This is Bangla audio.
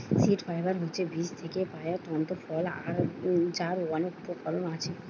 সীড ফাইবার হচ্ছে বীজ থিকে পায়া তন্তু ফল যার অনেক উপকরণ আছে